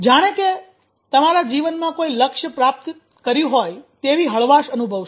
જાણે કે તમે તમારા જીવનમાં કોઈ લક્ષ્ય પ્રાપ્ત કર્યું હોય તેવી હળવાશ અનુભવશો